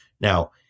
Now